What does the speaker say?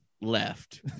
left